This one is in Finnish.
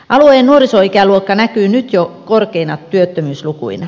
alueen nuorisoikäluokka näkyy nyt jo korkeina työttömyyslukuina